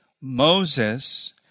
Moses